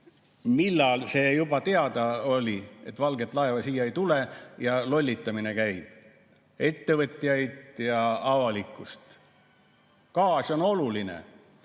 millal see juba teada oli, et valget laeva siia ei tule ja lollitamine käib. [Lollitatakse] ettevõtjaid ja avalikkust. Gaas on oluline.